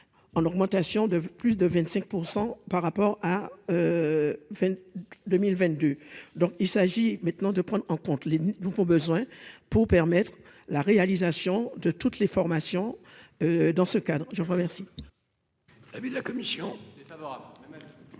en augmentation de plus de 25 % par rapport à fin 2022 donc il s'agit maintenant de prendre en compte les nouveaux besoins pour permettre la réalisation de toutes les formations dans ce cadre, je vous remercie.